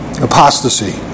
apostasy